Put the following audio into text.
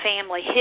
family